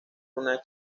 una